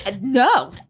No